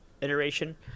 iteration